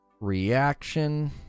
reaction